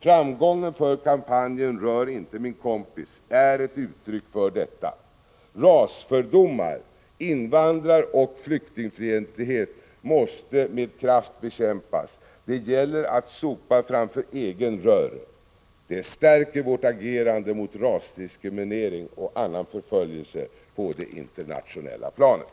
Framgången för kampanjen Rör inte min kompis är ett uttryck för detta. Rasfördomar, invandraroch flyktingfientlighet måste med kraft bekämpas. Det gäller att sopa framför egen dörr. Det stärker vårt agerande mot rasdiskriminering och annan förföljelse på det internationella planet.